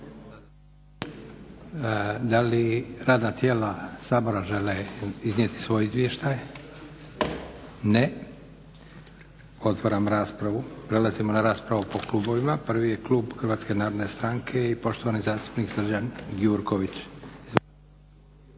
Da li radna tijela Sabora žele iznijeti svoj izvještaj? Ne. Otvaram raspravu. Prelazimo na raspravu po klubovima. Prvi je klub HNS-a i poštovani zastupnik Srđan Gjurković.